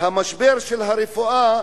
משבר הרפואה,